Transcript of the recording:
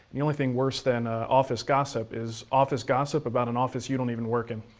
the only thing worse than office gossip is office gossip about an office you don't even work in.